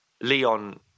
Leon